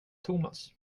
thomas